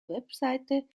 webseite